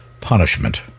punishment